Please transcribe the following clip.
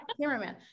cameraman